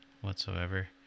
whatsoever